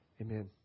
amen